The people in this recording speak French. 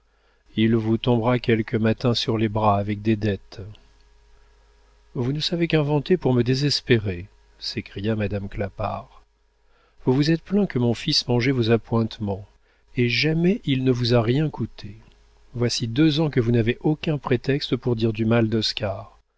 il vous tombera quelque matin sur les bras avec des dettes vous ne savez qu'inventer pour me désespérer s'écria madame clapart vous vous êtes plaint que mon fils mangeait vos appointements et jamais il ne vous a rien coûté voici deux ans que vous n'avez aucun prétexte pour dire du mal